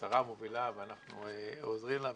הסביבה מובילה ואנחנו עוזרים לה.